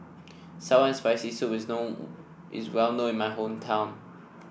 sour and Spicy Soup is known is well known in my hometown